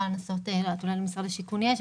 אולי למשרד השיכון יש.